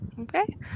okay